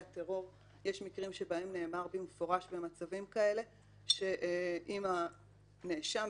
הטרור - מקרים שבהם נאמר במפורש במצבים כאלה שאם הנאשם,